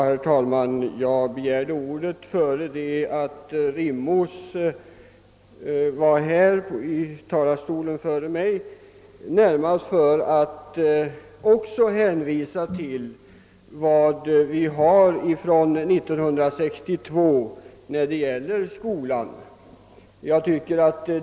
Herr talman! Jag begärde ordet innan herr Rimås hade talat. även jag ämnade hänvisa till läroplanen för grundskolan från 1962.